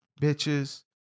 bitches